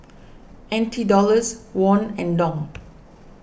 N T Dollars Won and Dong